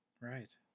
Right